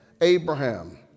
Abraham